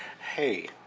Hey